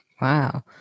Wow